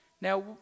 Now